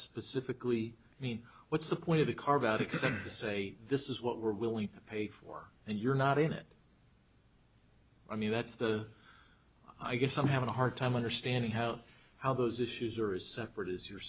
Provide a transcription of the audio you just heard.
specifically i mean what's the point of the carve out except to say this is what we're willing to pay for and you're not in it i mean that's the i guess i'm having a hard time understanding how how those issues are as separate as you're